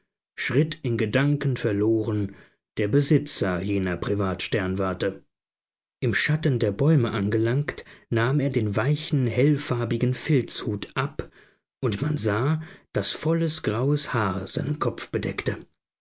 schritt in gedanken verloren der besitzer jener privatsternwarte im schatten der bäume angelangt nahm er den weichen hellfarbigen filzhut ab und man sah daß volles graues haar seinen kopf bedeckte